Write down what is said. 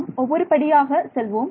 நாம் ஒவ்வொரு படியாக நாம் செல்வோம்